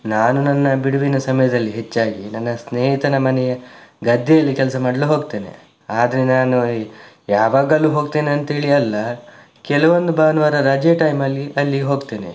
ನಾನು ನನ್ನ ಬಿಡುವಿನ ಸಮಯದಲ್ಲಿ ಹೆಚ್ಚಾಗಿ ನನ್ನ ಸ್ನೇಹಿತನ ಮನೆಯ ಗದ್ದೆಯಲ್ಲಿ ಕೆಲಸ ಮಾಡಲು ಹೋಗ್ತೇನೆ ಆದರೆ ನಾನು ಯಾವಾಗಲೂ ಹೋಗ್ತೇನೆ ಅಂತ ಹೇಳಿ ಅಲ್ಲ ಕೆಲವೊಂದು ಭಾನುವಾರ ರಜೆ ಟೈಮಲ್ಲಿ ಅಲ್ಲಿ ಹೋಗ್ತೇನೆ